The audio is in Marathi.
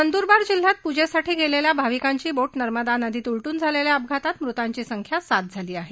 नंदुरबार जिल्ह्यात पूजेसाठी गेलेल्या भाविकांची बोट नर्मदा नदीत उलटून झालेल्या अपघातातल्या मृतांची संख्या सात झाली आहे